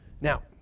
Now